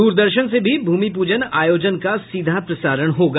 दूरदर्शन से भी भूमि पूजन आयोजन का सीधा प्रसारण होगा